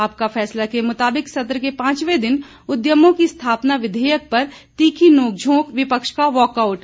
आपका फैसला के मुताबिक सत्र के पांचवें दिन उद्यमों की स्थापना विधेयक पर तीखी नोक झोंक विपक्ष का वॉकआउट